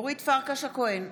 אורית פרקש הכהן,